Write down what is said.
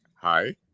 hi